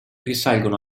risalgono